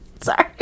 Sorry